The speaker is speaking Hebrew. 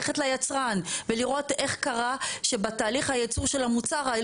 הוא צריך ללכת ליצרן ולראות איך קרה שבתהליך הייצור של המוצר,